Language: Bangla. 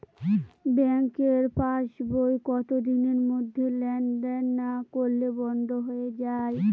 ব্যাঙ্কের পাস বই কত দিনের মধ্যে লেন দেন না করলে বন্ধ হয়ে য়ায়?